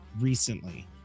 recently